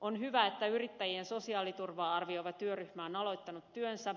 on hyvä että yrittäjien sosiaaliturvaa arvioiva työryhmä on aloittanut työnsä